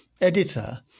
editor